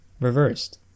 Reversed